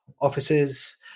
offices